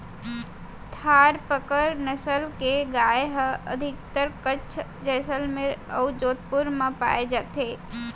थारपकर नसल के गाय ह अधिकतर कच्छ, जैसलमेर अउ जोधपुर म पाए जाथे